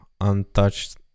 untouched